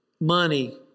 money